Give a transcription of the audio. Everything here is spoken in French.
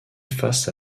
face